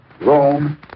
Rome